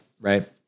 right